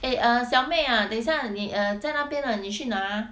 eh err 小妹 ah 等一下你 err 在那边了你去那边拿